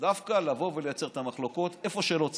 דווקא לבוא ולייצר את המחלוקות איפה שלא צריך.